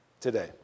today